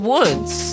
Woods